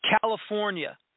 California